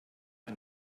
and